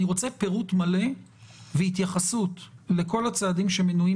ואני רוצה פירוט מלא והתייחסות לכל הצעדים שמנויים